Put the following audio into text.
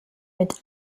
mit